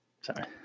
Sorry